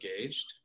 engaged